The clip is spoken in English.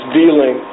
dealing